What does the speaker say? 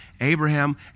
Abraham